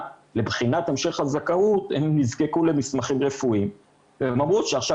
לבחינת המשך הזכאות הם נזקקו למסמכים רפואיים והם אמרו שעכשיו